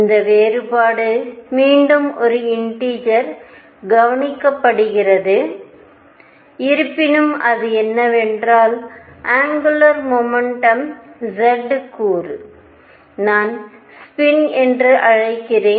இந்த வேறுபாடு மீண்டும் ஒரு இண்டீஜரால் கவனிக்கப்படுகிறது இருப்பினும் அது என்னவென்றால் ஆங்குலர் முமெண்டம் z கூறு நான் ஸ்பின் என்று அழைக்கிறேன்